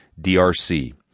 DRC